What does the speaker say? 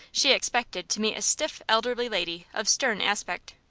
she expected to meet a stiff, elderly lady, of stern aspect.